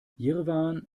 jerewan